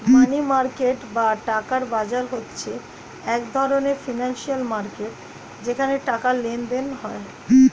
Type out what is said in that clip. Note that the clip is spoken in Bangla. মানি মার্কেট বা টাকার বাজার হচ্ছে এক ধরণের ফিনান্সিয়াল মার্কেট যেখানে টাকার লেনদেন হয়